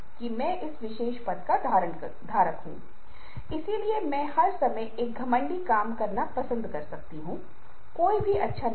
जो यहाँ इस स्लाइड पर नहीं है लेकिन जो मैंने आपको लिंक दिया है जो कांसेप्ट ऑफ़ डिसीट है